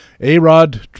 A-Rod